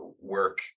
work